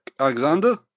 Alexander